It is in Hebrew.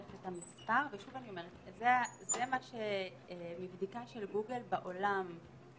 אני מאוד מעריך את המאמצים של משרד הבריאות, את